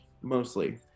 mostly